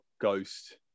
Ghost